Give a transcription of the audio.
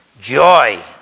joy